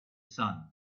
sun